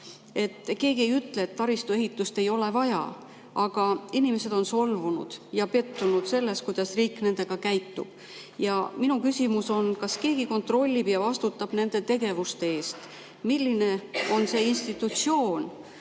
Keegi ei ütle, et taristu ehitust ei ole vaja, aga inimesed on solvunud ja pettunud selles, kuidas riik nendega käitub. Ja minu küsimus on: kas keegi kontrollib ja vastutab nende tegevuste eest? Milline on see institutsioon